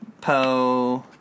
Po